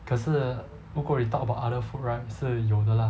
可是如果你 talk about other food right 是有的 lah